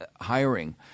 hiring